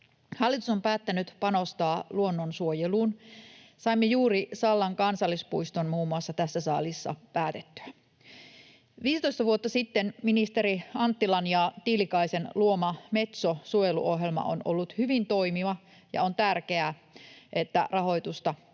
Hallitus on päättänyt panostaa luonnonsuojeluun. Saimme juuri muun muassa Sallan kansallispuiston tässä salissa päätettyä. 15 vuotta sitten ministerien Anttila ja Tiilikainen luoma Metso-suojeluohjelma on ollut hyvin toimiva, ja on tärkeää, että rahoitusta edelleen